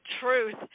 truth